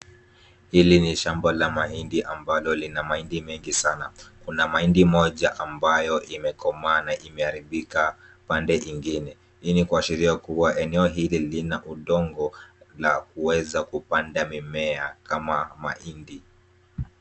Hili ni shamba la mahindi ambalo lina mahindi mengi sana. Kuna mahindi moja ambayo imekomaa na imeharibika pande ingine. Hii ni kuashiria kuwa eneo hili lina udongo la kuweza kupanda mimea kama mahindi.